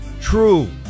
true